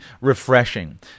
refreshing